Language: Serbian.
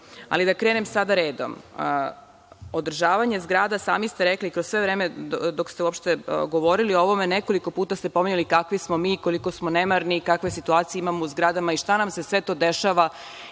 krenem sada redom. Održavanje zgrada, sami ste rekli, kroz sve vreme dok ste uopšte govorili o ovome nekoliko puta ste pominjali kakvi smo mi, koliko smo nemarni i kakve situacije imamo u zgradama i šta nam se sve to dešava